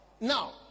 Now